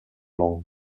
long